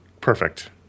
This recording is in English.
perfect